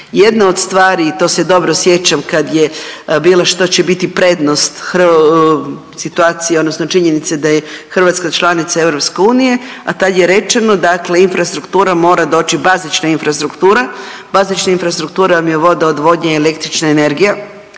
jedna od stvari i to se dobro sjećam kad je bila što će biti prednost situacije odnosno činjenice da je Hrvatska članica EU, a tad je rečeno dakle infrastruktura mora doći, bazična infrastruktura. Bazična infrastruktura vam je voda, odvodnja, električna energija